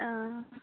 ओ